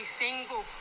single